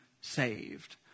saved